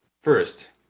First